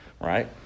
right